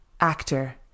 actor